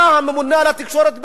אתה הממונה על התקשורת בישראל.